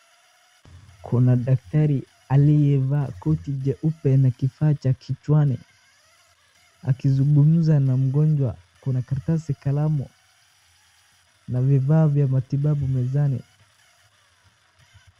Kuna daktari aliyevaa koti jeupe na kifaa cha kichwani akizungumza na mgonjwa , kuna karatasi, kalamu na vifaa vya matibabu mezani .